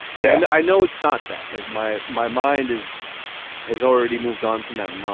and i know it's not that. like my my mind is has already moved on from them, um